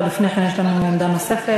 אבל לפני כן יש לנו עמדה נוספת,